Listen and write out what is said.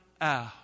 out